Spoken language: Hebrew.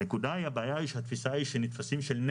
הבעיה היא שהתפיסה היא נטל.